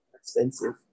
expensive